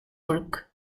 work